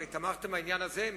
הרי תמכתם בעניין הזה,